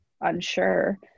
unsure